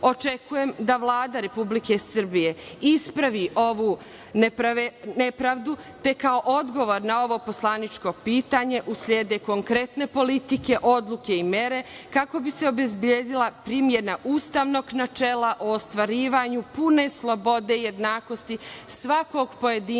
itd. Očekujem da Vlada Republike Srbije ispravi ovu nepravdu, te kao odgovor na ovo poslaničko pitanje uslede konkretne politike, odluke i mere, kako bi se obezbedila primena ustavnog načela o ostvarivanju pune slobode i jednakosti svakog pojedinca